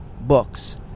books